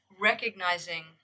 recognizing